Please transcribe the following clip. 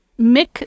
Mick